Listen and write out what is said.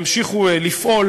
ימשיכו לפעול